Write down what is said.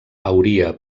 hauria